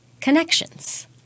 connections